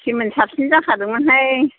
सेमोन साबसिन जाखादोंमोनहाय